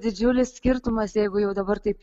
didžiulis skirtumas jeigu jau dabar taip